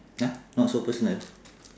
!huh! not so personal